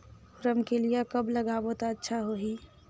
रमकेलिया कब लगाबो ता अच्छा होही?